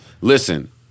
listen